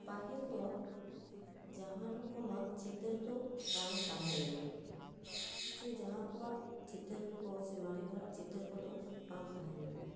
ᱯᱟᱹᱦᱤᱞ ᱫᱚ ᱡᱟᱦᱟᱸ ᱨᱚᱠᱚᱢᱟᱜ ᱪᱤᱛᱟᱹᱨ ᱫᱚ ᱵᱟᱝ ᱛᱟᱦᱮᱸ ᱞᱮᱱᱟ ᱥᱮ ᱡᱟᱦᱟᱸ ᱠᱚᱣᱟᱜ ᱪᱤᱛᱟᱹᱨ ᱠᱚ ᱥᱮ ᱢᱟᱨᱮ ᱦᱚᱲᱟᱜ ᱪᱤᱛᱟᱹᱨ ᱠᱚᱫᱚ ᱵᱟᱝ ᱛᱟᱦᱮᱸ ᱞᱮᱱᱟ